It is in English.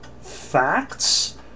facts